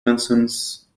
nonsense